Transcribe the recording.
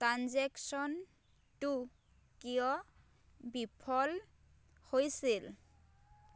ট্ৰাঞ্জেকশ্যনটো কিয় বিফল হৈছিল